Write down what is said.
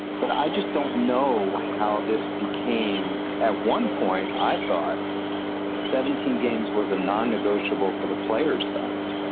but i just don't know how this became. at one point, i thought seventeen games was a non-negotiable for the players side.